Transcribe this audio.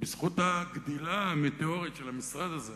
על הגדילה המטאורית של המשרד הזה,